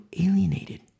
alienated